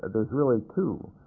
there's really two.